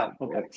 okay